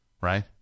Right